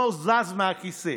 לא זז מהכיסא.